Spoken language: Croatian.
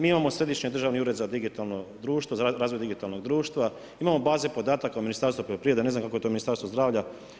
Mi imamo Središnji državni ured za digitalno društvo, za razvoj digitalnog društva, imamo baze podataka u Ministarstvu poljoprivrede, ne znam, kako je to u Ministarstvu zdravlja.